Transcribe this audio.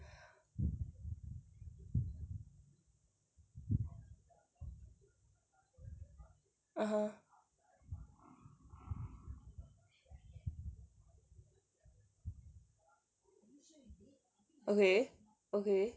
(uh huh) okay mmhmm